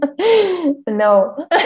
No